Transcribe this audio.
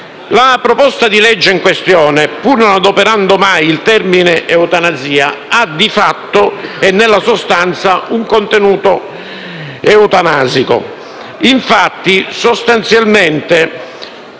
Il disegno di legge in questione, pur non adoperando mai il termine eutanasia, ha di fatto e nella sostanza un contenuto eutanasico. Infatti, sostanzialmente